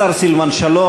השר סילבן שלום,